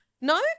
No